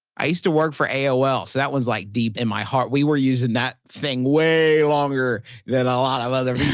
i used to work for aol, so that one's like deep in my heart. we were using that thing way longer than a lot of other